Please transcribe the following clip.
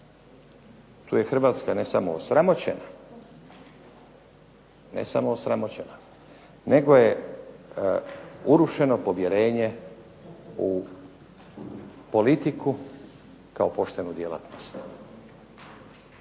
Tu je Hrvatska ne samo osramoćena nego je urušeno povjerenje u politiku kao poštenu djelatnost.